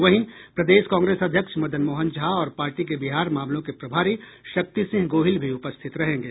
वहीं प्रदेश कांग्रेस अध्यक्ष मदन मोहन झा और पार्टी के बिहार मामलो के प्रभारी शक्ति सिंह गोहिल भी उपस्थित रहेंगे